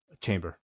chamber